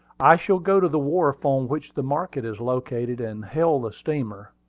i shall go to the wharf on which the market is located, and hail the steamer.